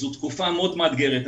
זו תקופה מאוד מאתרת.